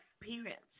experience